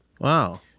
Wow